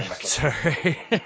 sorry